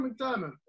McDermott